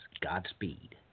Godspeed